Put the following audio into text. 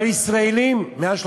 אבל ישראלים, כמה?